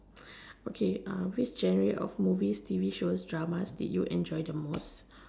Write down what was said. okay uh which genre of movies T_V shows dramas did you enjoy the most